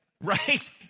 Right